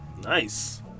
Nice